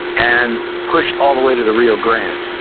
and pushed all the way to the rio grande?